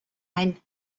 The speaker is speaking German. ein